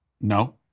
No